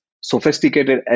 Sophisticated